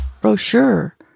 brochure